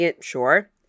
Sure